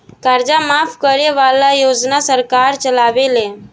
कर्जा माफ करे वाला योजना सरकार चलावेले